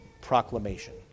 proclamation